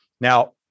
Now